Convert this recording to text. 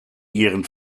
ihren